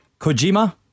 Kojima